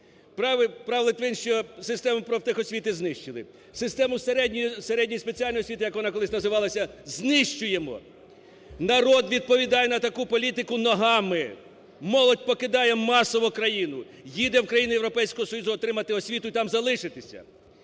Прав Литвин, що систему профтехосвіти знищили. Систему середньої спеціальної освіти, як вона колись називалася, знищуємо. Народ відповідає на таку політику ногами: молодь покидає масово країну, їде в країни Європейського Союзу отримати освіту і там залишитися.